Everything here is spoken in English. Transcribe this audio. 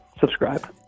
subscribe